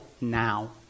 now